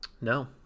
No